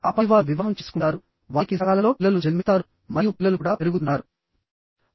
ఆపై వారు వివాహం చేసుకుంటారు వారికి సకాలంలో పిల్లలు జన్మిస్తారు మరియు పిల్లలు కూడా పెరుగుతున్నారు